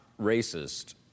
racist